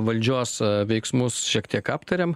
valdžios veiksmus šiek tiek aptarėm